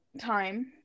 time